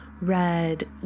red